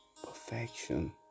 perfection